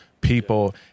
people